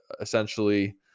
essentially